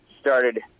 started